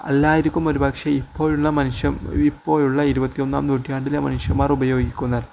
അല്ലായിരിക്കും ഒരുപക്ഷെ ഇപ്പോഴുള്ള മനുഷ്യൻ ഇപ്പോഴുള്ള ഇരുപത്തിയൊന്നാം നൂറ്റാണ്ടിലെ മനുഷ്യന്മാർ ഉപയോഗിക്കുന്നത്